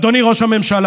אדוני ראש הממשלה.